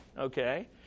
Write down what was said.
Okay